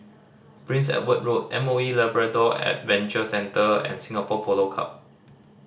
Prince Edward Road M O E Labrador Adventure Center and Singapore Polo Club